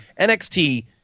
NXT